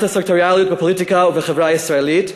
הסקטוריאליות בפוליטיקה ובחברה הישראלית,